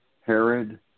Herod